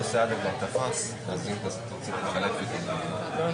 בטח בתיקים מורכבים של הלבנת הון, ואני